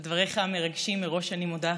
על דבריך המרגשים אני מודה מראש.